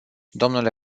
dle